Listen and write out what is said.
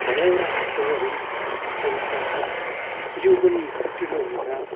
धेरैवटा खेलहरू पनि खेल्नु सक्छ जिउ पनि फुर्तिलो हुन्छ